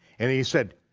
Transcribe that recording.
and he said,